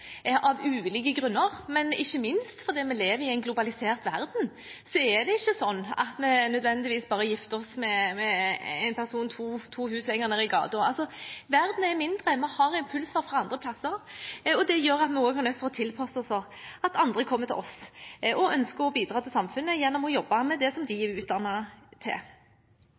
av ulike grunner, men ikke minst fordi vi lever i en globalisert verden. Det er ikke nødvendigvis sånn at vi bare gifter oss med en person to hus lenger nede i gaten. Verden er blitt mindre, vi får impulser fra andre steder, og vi er nødt til å tilpasse oss at andre kommer til oss og ønsker å bidra til samfunnet gjennom å jobbe med det de er utdannet til.